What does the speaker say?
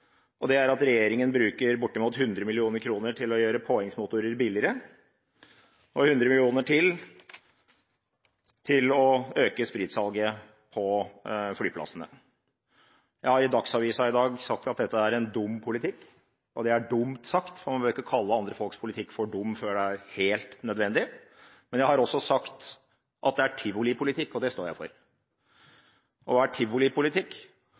og det er at regjeringen bruker bortimot 100 mill. kr til å gjøre påhengsmotorer billigere, og 100 mill. kr til på å øke spritsalget på flyplassene. Jeg har i Dagsavisen i dag sagt at dette er en dum politikk, og det er dumt sagt, for man behøver ikke å kalle andre folks politikk for dum før det er helt nødvendig. Men jeg har også sagt at det er tivolipolitikk, og det står jeg for. Og hva er tivolipolitikk?